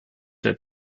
der